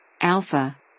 Alpha